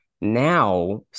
now